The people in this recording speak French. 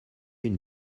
une